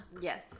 Yes